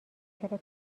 چرا